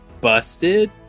busted